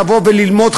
לבוא וללמוד,